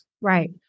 Right